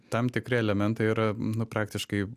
tam tikri elementai yra nu praktiškai